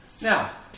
now